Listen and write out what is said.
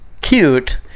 cute